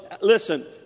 listen—